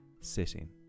sitting